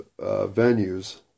venues